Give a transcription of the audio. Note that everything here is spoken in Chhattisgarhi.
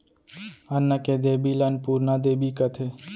अन्न के देबी ल अनपुरना देबी कथें